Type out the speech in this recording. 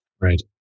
Right